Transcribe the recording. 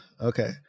Okay